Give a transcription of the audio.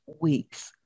weeks